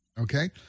Okay